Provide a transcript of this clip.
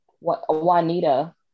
Juanita